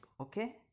Okay